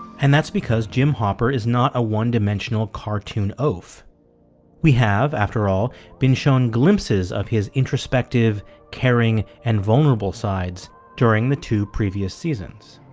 and that's because jim hopper is not a one-dimensional cartoon oaf we have after all been shown glimpses of his introspective caring and vulnerable sides during the two previous seasons.